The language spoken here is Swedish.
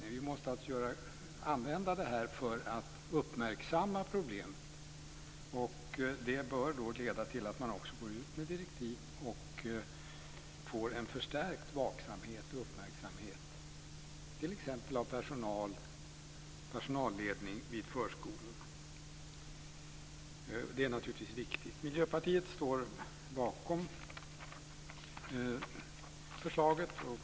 Vi måste alltså använda detta för att uppmärksamma problemet. Det bör då leda till att man också går ut med direktiv och får en förstärkt vaksamhet och uppmärksamhet, t.ex. av personal och personalledning vid förskolorna. Detta är naturligtvis viktigt. Miljöpartiet står bakom förslaget.